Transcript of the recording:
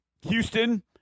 Houston